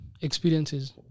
Experiences